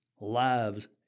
lives